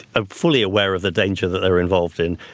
ah fully aware of the danger that they're involved in.